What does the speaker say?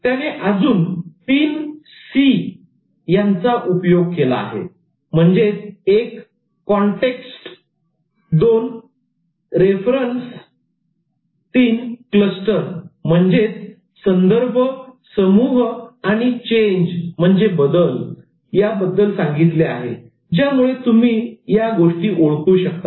त्याने अजून 3 Cs context संदर्भ क्लस्टर समूह आणि चेंज बदल सांगितले आहेत ज्यामुळे तुम्ही या गोष्टी ओळखू शकता